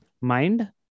mind